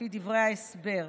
לפי דברי ההסבר,